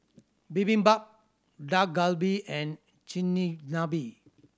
Bibimbap Dak Galbi and Chigenabe